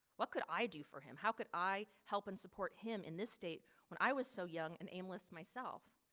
what could i do for him? how could i help and support him in this state when i was so young and aimless myself,